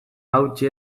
hautsi